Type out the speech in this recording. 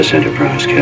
Enterprise